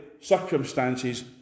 circumstances